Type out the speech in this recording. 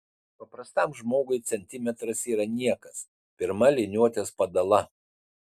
paprastam žmogui centimetras yra niekas pirma liniuotės padala